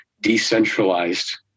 decentralized